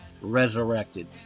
resurrected